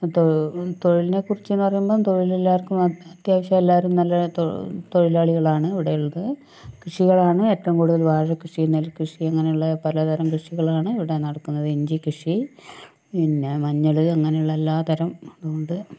തൊഴിലിനെക്കുറിച്ചെന്ന് പറയുമ്പം തൊഴില് എല്ലാവർക്കും അത്യാവശ്യം എല്ലാവരും നല്ല തൊഴിലാളികളാണ് ഇവിടെ ഉള്ളത് കൃഷികളാണ് ഏറ്റവും കൂടുതൽ വാഴക്കൃഷി നെൽക്കൃഷി അങ്ങനെയുള്ള പലതരം കൃഷികളാണ് ഇവിടെ നടക്കുന്നത് ഇഞ്ചിക്കൃഷി പിന്നെ മഞ്ഞൾ അങ്ങനെയുള്ള എല്ലാ തരം ഉണ്ട്